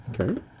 Okay